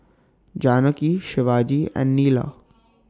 Janaki Shivaji and Neila